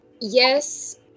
yes